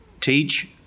teach